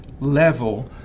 level